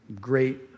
great